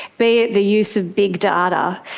be it the use of big data.